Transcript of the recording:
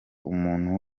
umuntu